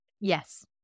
yes